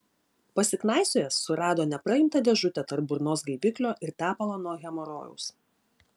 pasiknaisiojęs surado nepraimtą dėžutę tarp burnos gaiviklio ir tepalo nuo hemorojaus